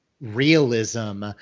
realism